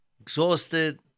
exhausted